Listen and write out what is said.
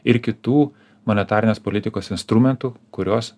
ir kitų monetarinės politikos instrumentų kuriuos